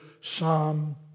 Psalm